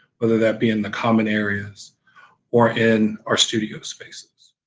whether that be in the common areas or in our studio spaces.